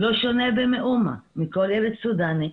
לא שונה במאומה מכל ילד סודני,